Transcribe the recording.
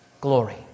glory